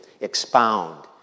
expound